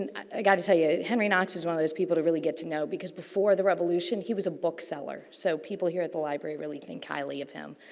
and i got to say it, henry knox is one of those people to really get to know because, before the revolution, he was a book seller. so, people here at the library really think highly of him.